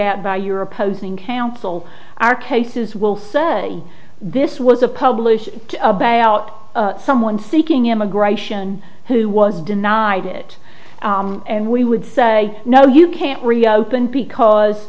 out by your opposing counsel our cases will say this was a publish a bailout someone seeking immigration who was denied it and we would say no you can't reopen because